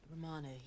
Romano